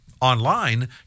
Online